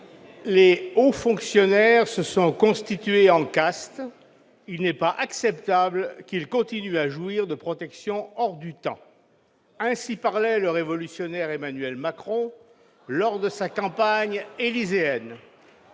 Les hauts fonctionnaires se sont constitués en caste. [...] Il n'est pas acceptable qu'ils continuent à jouir de protections hors du temps. » Ainsi parlait le révolutionnaire Emmanuel Macron lors de sa campagne élyséenne.